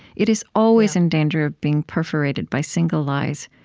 it is always in danger of being perforated by single lies,